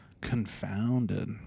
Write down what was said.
Confounded